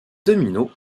domino